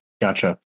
Gotcha